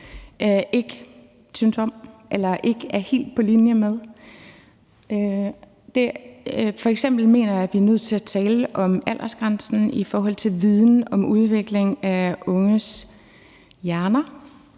ikke synes om eller ikke er helt på linje med. F.eks. mener jeg, at vi er nødt til at tale om aldersgrænsen i forhold til viden om udvikling af unges hjerner,